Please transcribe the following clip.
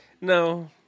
no